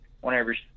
whenever